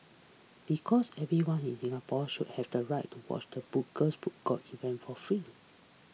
because everyone in Singapore should have the right to watch the event for free